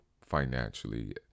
financially